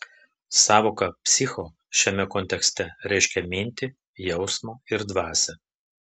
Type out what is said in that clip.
sąvoka psicho šiame kontekste reiškia mintį jausmą ir dvasią